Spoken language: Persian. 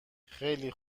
خیلی